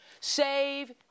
save